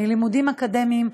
בלימודים אקדמיים,